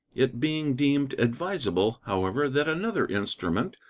it being deemed advisable, however, that another instrument,